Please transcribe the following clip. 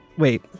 Wait